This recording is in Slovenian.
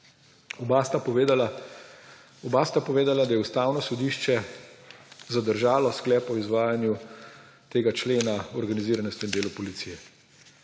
Oba sta povedala, da je Ustavno sodišče zadržalo sklep o izvajanju tega člena o organiziranosti in delu policije.